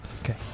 Okay